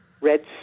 red